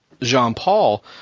Jean-Paul